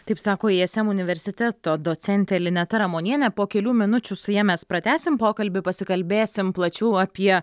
taip sako ism universiteto docentė lineta ramonienė po kelių minučių su ja mes pratęsim pokalbį pasikalbėsim plačiau apie